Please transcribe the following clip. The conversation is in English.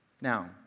Now